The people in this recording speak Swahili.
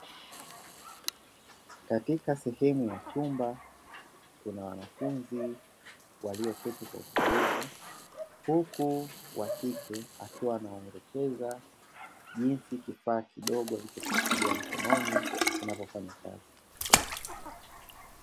Katika sehemu ya chumba, kuna wanafunzi walioketi kwa utulivu, huku wakike akiwa anawaelekeza jinsi kifaa kidogo alichokishikilia mkononi kinavyofanya kazi.